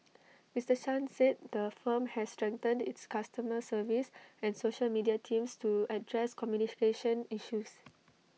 Mister chan said the firm has strengthened its customer service and social media teams to address communication issues